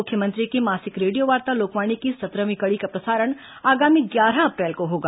मुख्यमंत्री की मासिक रेडियोवार्ता लोकवाणी की सत्रहवीं कड़ी का प्रसारण आगामी ग्यारह अप्रैल को होगा